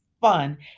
fun